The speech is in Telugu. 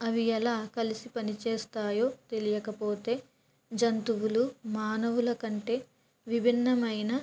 అవి ఎలా కలిసి పని చేస్తాయో తెలియకపోతే జంతువులు మానవుల కంటే విభిన్నమైన